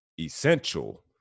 essential